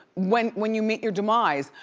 when when you meet your demise,